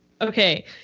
Okay